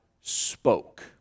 spoke